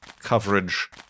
coverage